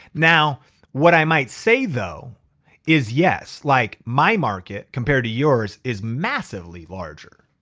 now what i might say though is yes. like my market compared to yours is massively larger.